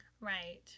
right